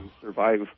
survive